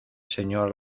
señor